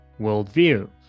Worldview